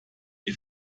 die